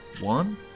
One